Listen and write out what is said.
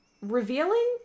revealing